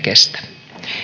kestä